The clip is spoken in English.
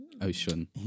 Ocean